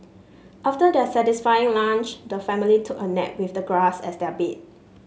after their satisfying lunch the family took a nap with the grass as their bed